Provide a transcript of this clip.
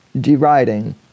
deriding